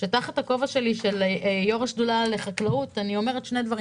תחת הכובע שלי כיושבת-ראש השדולה לחקלאות אני אומרת שני דברים.